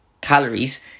calories